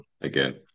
again